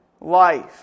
life